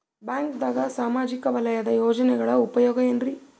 ಬ್ಯಾಂಕ್ದಾಗ ಸಾಮಾಜಿಕ ವಲಯದ ಯೋಜನೆಗಳ ಉಪಯೋಗ ಏನ್ರೀ?